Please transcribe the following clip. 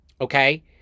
Okay